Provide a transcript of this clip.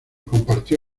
compartió